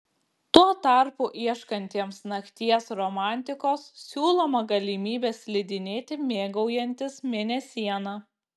tuo tarpu ieškantiems nakties romantikos siūloma galimybė slidinėti mėgaujantis mėnesiena